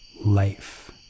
life